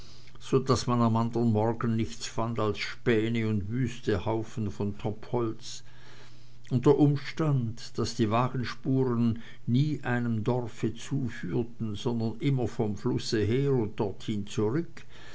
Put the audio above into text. so daß man am andern morgen nichts fand als späne und wüste haufen von topholz und der umstand daß nie wagenspuren einem dorfe zuführten sondern immer vom flusse her und dorthin zurück